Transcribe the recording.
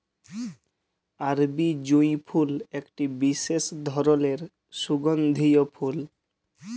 আরবি জুঁই ফুল একটি বিসেস ধরলের সুগন্ধিও ফুল